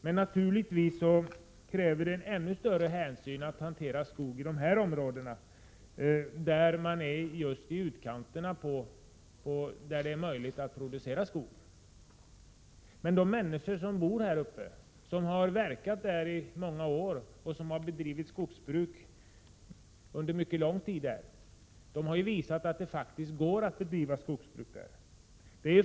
Men naturligtvis kräver det ett ännu större hänsynstagande i områden med fjällnära skogar. Dessa finns i utkanterna av de områden där det är möjligt att producera skog. De människor som under många år har bedrivit skogsbruk i sådana trakter har visat att det är möjligt att göra det.